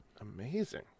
Amazing